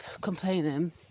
complaining